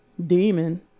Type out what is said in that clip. Demon